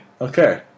Okay